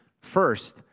First